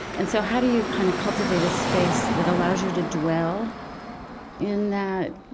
and so, how do you kind of cultivate a space that allows you to dwell in that